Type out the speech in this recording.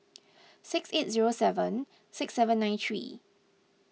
six eight zero seven six seven nine three